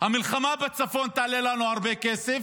המלחמה בצפון תעלה לנו הרבה כסף,